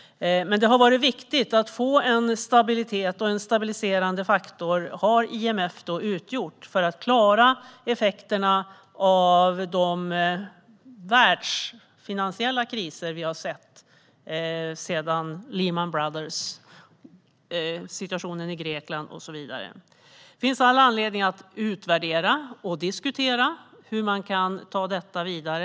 Det har varit viktigt att få en stabilitet, och IMF har utgjort en stabiliserande faktor för klara effekterna av de världsfinansiella kriser som vi har sedan Lehman Brothers och situationen i Grekland. Det finns all anledning att utvärdera och diskutera hur man kan föra detta vidare.